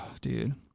Dude